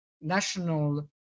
national